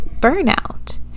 burnout